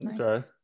Okay